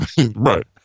right